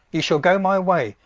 ye shall go my way,